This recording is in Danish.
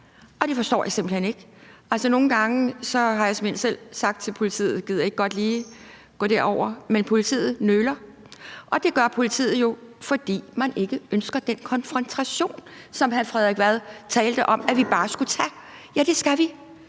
og det forstår jeg simpelt hen ikke. Altså, nogle gange har jeg simpelt hen selv sagt til politiet: Gider I ikke godt lige gå derover? Men politiet nøler, og det gør politiet jo, fordi man ikke ønsker den konfrontation, som hr. Frederik Vad talte om at vi bare skulle tage. Ja, det skal vi,